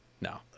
No